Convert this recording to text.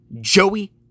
Joey